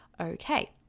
okay